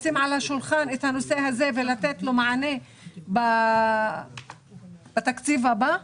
לשים על השולחן את הנושא הזה ולתת לו מענה בתקציב הבא?